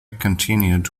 continued